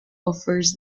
offers